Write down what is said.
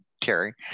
Terry